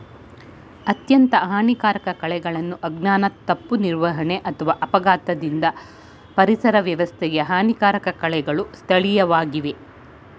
ಅತ್ಯಂತ ಹಾನಿಕಾರಕ ಕಳೆಗಳನ್ನು ಅಜ್ಞಾನ ತಪ್ಪು ನಿರ್ವಹಣೆ ಅಥವಾ ಅಪಘಾತದಿಂದ ಪರಿಸರ ವ್ಯವಸ್ಥೆಗೆ ಹಾನಿಕಾರಕ ಕಳೆಗಳು ಸ್ಥಳೀಯವಾಗಿವೆ